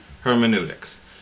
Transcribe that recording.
Hermeneutics